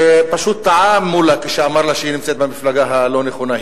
שמולה פשוט טעה כשאמר לה שהיא נמצאת במפלגה הלא-נכונה.